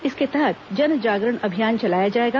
इसके तहत जन जागरण अभियान चलाया जाएगा